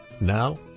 Now